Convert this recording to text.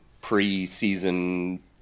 pre-season